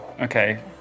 Okay